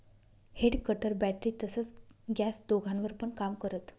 head cutter battery तसच gas दोघांवर पण काम करत